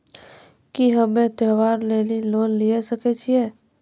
की हम्मय त्योहार लेली लोन लिये सकय छियै?